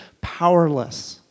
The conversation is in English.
Powerless